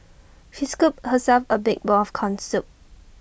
she scooped herself A big bowl of Corn Soup